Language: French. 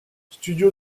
studio